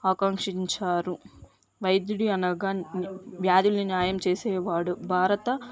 ఆకాంక్షించారు వైద్యుడు అనగా వ్యాధిని న్యాయం చేసేవాడు భారత